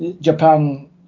Japan